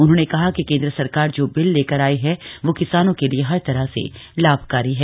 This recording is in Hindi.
उन्होंने कहा कि केन्द्र सरकार जो बिल लेकर आई है वह किसानों के लिये हर तरह से लाभकारी है